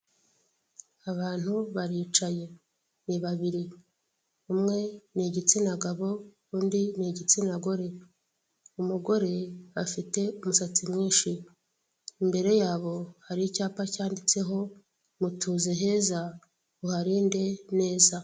Abantu baricaye ni babiri, umwe ni igitsina gabo, undi ni igitsina gore, umugore afite umusatsi mwinshi, imbere yabo hari icyapa cyanditseho mutuze heza uharinde neza.